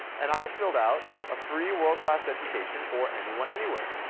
and i filled out a free world-class education for anyone, anywhere.